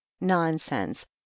nonsense